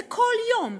זה כל יום.